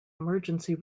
emergency